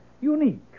unique